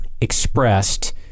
expressed